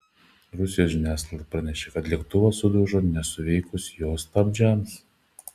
rusijos žiniasklaida pranešė kad lėktuvas sudužo nesuveikus jo stabdžiams